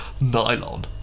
nylon